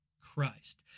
Christ